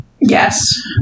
Yes